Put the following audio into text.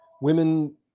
Women